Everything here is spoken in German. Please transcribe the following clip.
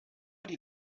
die